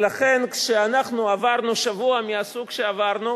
ולכן, כשאנחנו עברנו שבוע מהסוג שעברנו,